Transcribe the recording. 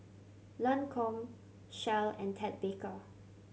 Lancome Shell and Ted Baker